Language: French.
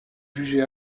jugée